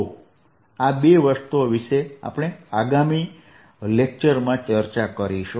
તો આ બે વસ્તુઓ વિશે આગામી લેક્ચરમાં ચર્ચા કરીશું